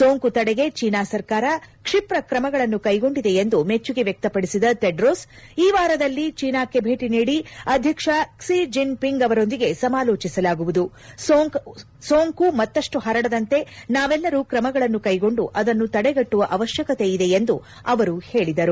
ಸೋಂಕು ತಡೆಗೆ ಚೀನಾ ಸರ್ಕಾರ ಕ್ಷಿಪ್ರ ಕ್ರಮಗಳನ್ನು ಕೈಗೊಂಡಿದೆ ಎಂದು ಮೆಚ್ಚುಗೆ ವ್ಯಕ್ತಪಡಿಸಿದ ತೆಡ್ರೋಸ್ ಈ ವಾರದಲ್ಲಿ ಚೀನಾಕ್ಕೆ ಭೇಟಿ ನೀಡಿ ಅಧ್ಯಕ್ಷ ಕ್ಸಿ ಜಿನ್ ಪಿಂಗ್ ಅವರೊಂದಿಗೆ ಸಮಾಲೋಚಿಸಲಾಗುವುದು ಸೋಂಕು ಮತ್ತಷ್ಟು ಹರಡದಂತೆ ನಾವೆಲ್ಲರೂ ಕ್ರಮಗಳನ್ನು ಕೈಗೊಂಡು ಅದನ್ನು ತಡೆಗಟ್ಟುವ ಅವಶ್ಯಕತೆ ಇದೆ ಎಂದು ಅವರು ಹೇಳಿದರು